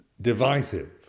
divisive